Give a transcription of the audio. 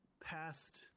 past